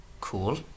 Cool